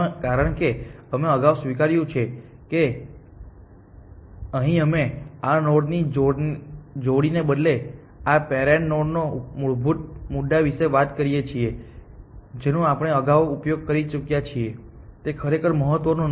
કારણ કે અમે અગાઉ સ્વીકાર્યું છે કે અહીં અમે આ નોડ ની જોડી ને બદલે આ પેરેન્ટ્સ નોડ ના મૂળભૂત મુદ્દા વિશે વાત કરી છે જેનો આપણે અગાઉ ઉપયોગ કરી ચુક્યા છે તે ખરેખર મહત્વનું નથી